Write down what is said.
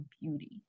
beauty